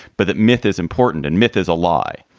but that myth is important and myth is a lie.